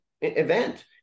event